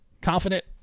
confident